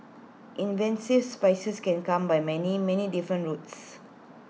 invasive species can come by many many different routes